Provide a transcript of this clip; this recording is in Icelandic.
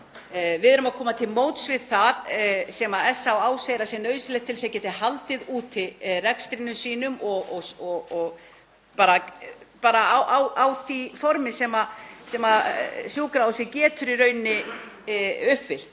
Við erum að koma til móts við það sem SÁÁ segir að sé nauðsynlegt til þess að geta haldið úti rekstrinum sínum og bara á því formi sem sjúkrahúsið getur í rauninni uppfyllt